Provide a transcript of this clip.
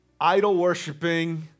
idol-worshiping